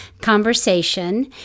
conversation